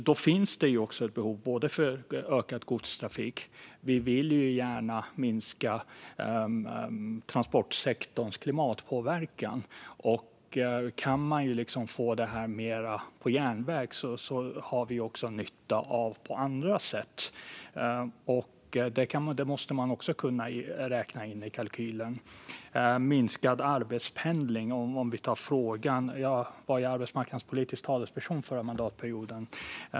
Det finns ett behov av ökad godstrafik, och vi vill gärna minska transportsektorns klimatpåverkan. Mer transport på järnväg ger mernytta, och det måste man också kunna räkna in i kalkylen. Jag känner väl till frågan om arbetspendling eftersom jag var arbetsmarknadspolitisk talesperson under förra mandatperioden.